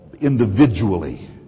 individually